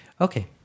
Okay